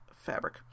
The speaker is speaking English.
fabric